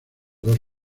dos